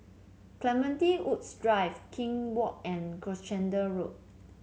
Clementi Woods Drive Kew Walk and Gloucester Road